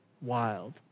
wild